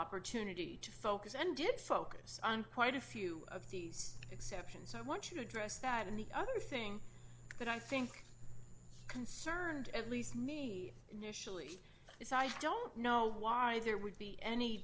opportunity to focus and did focus on quite a few of these exceptions i want you to address that and the other thing that i think concerned at least me initially is i don't know why there would be any